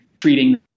treating